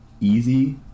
easy